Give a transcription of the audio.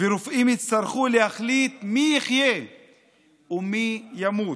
ורופאים יצטרכו להחליט מי יחיה ומי ימות,